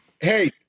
Hey